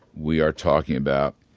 we are talking about